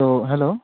To hello